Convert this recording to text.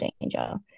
danger